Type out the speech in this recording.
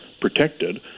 protected